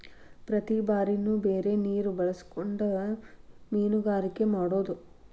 ಪ್ರತಿ ಬಾರಿನು ಬೇರೆ ನೇರ ಬಳಸಕೊಂಡ ಮೇನುಗಾರಿಕೆ ಮಾಡುದು